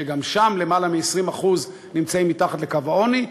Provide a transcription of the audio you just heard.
שגם שם יותר מ-20% נמצאים מתחת לקו העוני,